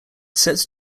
sets